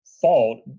fault